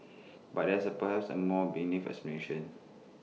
but there is perhaps A more benign explanation